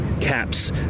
caps